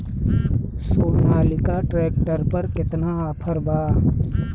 Sonalika tractor पर केतना offer बा?